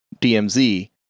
DMZ